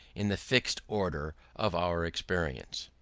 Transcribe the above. in the fixed order of our experience.